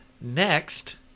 next